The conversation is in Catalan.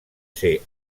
ser